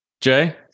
Jay